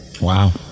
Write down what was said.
Wow